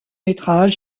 métrage